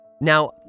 Now